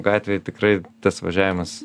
gatvėj tikrai tas važiavimas